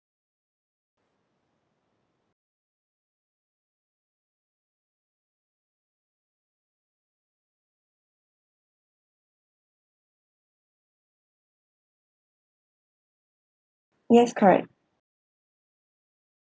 yes correct